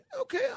okay